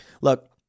look